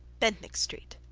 bentinck street,